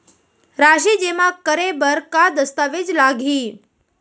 राशि जेमा करे बर का दस्तावेज लागही?